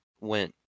went